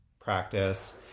practice